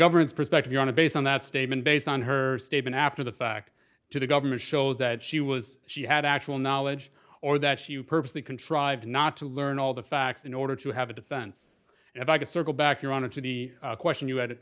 government's perspective you're on a base on that statement based on her statement after the fact to the government shows that she was she had actual knowledge or that you purposely contrived not to learn all the facts in order to have a defense if i could circle back around to the question you had